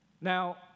Now